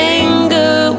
anger